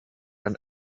ran